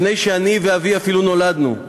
לפני שאני ואבי אפילו נולדנו,